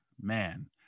Man